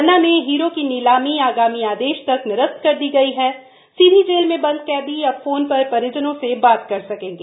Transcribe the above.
पन्ना में हीरों की नीलामी आगामी आदेश तक निरस्त कर दी गई हा सीधी जेल में बंद क़द्दी अब फोन पर परिजनों से बात कर सकेंगें